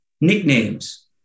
Nicknames